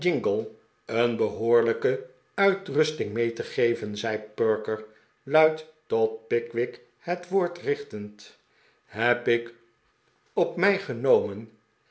een behoorlijke uitrusting mee te geven zei perker luid tot pickwick het woord richtend heb ik op mij genomen